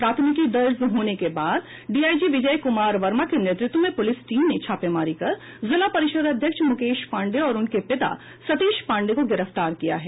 प्राथमिकी दर्ज होने के बाद डीआईजी विजय कुमार वर्मा के नेतृत्व में पुलिस टीम ने छापेमारी कर जिला परिषद अध्यक्ष मुकेश पांडेय और उसके पिता सतीश पांडेय को गिरफ्तार किया है